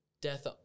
death